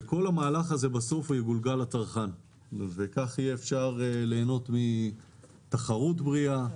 כל המהלך הזה יגולגל בסוף לצרכן כדי שיהיה אפשר ליהנות מתחרות בריאה,